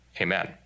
amen